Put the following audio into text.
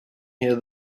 here